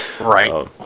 right